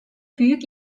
büyük